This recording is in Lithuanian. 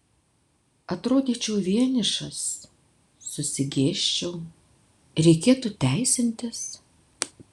atrodyčiau vienišas susigėsčiau reikėtų teisintis